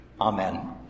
Amen